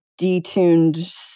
detuned